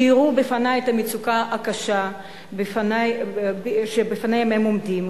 תיארו בפני את המצוקה הקשה שבפניה הם עומדים,